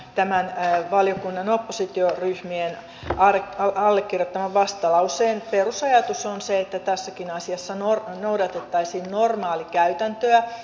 ja tämän valiokunnan oppositioryhmien allekirjoittaman vastalauseen perusajatus on se että tässäkin asiassa noudatettaisiin normaalikäytäntöä